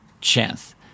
chance